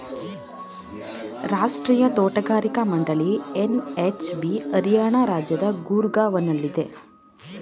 ರಾಷ್ಟ್ರೀಯ ತೋಟಗಾರಿಕಾ ಮಂಡಳಿ ಎನ್.ಎಚ್.ಬಿ ಹರಿಯಾಣ ರಾಜ್ಯದ ಗೂರ್ಗಾವ್ನಲ್ಲಿದೆ